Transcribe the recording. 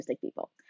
people